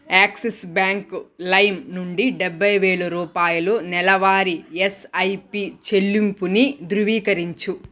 axis bank lime నుండి డెబ్భై వేలు రూపాయలు నెలవారీ ఎస్ఐపి చెల్లింపుని ధృవీకరించు